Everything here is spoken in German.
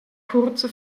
kurze